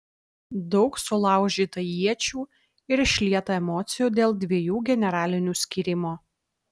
daug sulaužyta iečių ir išlieta emocijų dėl dviejų generalinių skyrimo